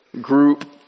group